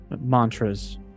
mantras